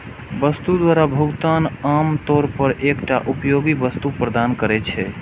वस्तु द्वारा भुगतान आम तौर पर एकटा उपयोगी वस्तु प्रदान करै छै